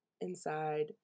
inside